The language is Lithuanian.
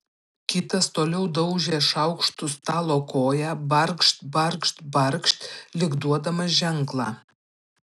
kitas toliau daužė šaukštu stalo koją barkšt barkšt barkšt lyg duodamas ženklą